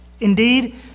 Indeed